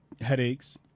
Headaches